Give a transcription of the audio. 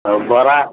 ଆଉ ବରା